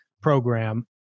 program